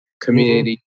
community